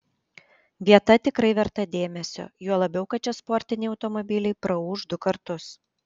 vieta tikrai verta dėmesio juo labiau kad čia sportiniai automobiliai praūš du kartus